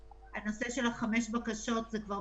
בנוסף לפילוח שדרשו החברים לפניי,